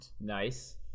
Nice